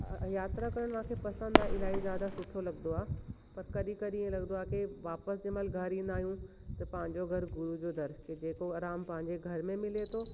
यात्रा करणु मूंखे पसंदि आहे इलाही ज़्यादा सुठो लॻंदो आहे त कॾहिं कॾहिं हीअं लॻंदो आहे की वापसि जे महिल घर ईंदा आ्यूंहि त पंहिंजो घर गुरु जो दर त जेको आराम पंहिंजे घर में मिले थो